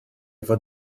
efo